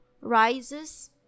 rises